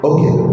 Okay